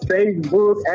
Facebook